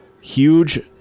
huge